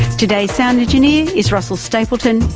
today's sound engineer is russell stapleton,